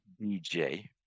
DJ